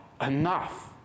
enough